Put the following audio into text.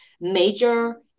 major